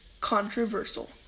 controversial